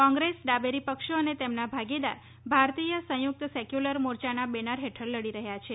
કોંગ્રેસ ડાબેરી પક્ષો અને તેમના ભાગીદાર ભારતીય સંયુક્ત સેક્વ્રલર મોરચાના બેનર ફેઠળ લડી રહ્યા છે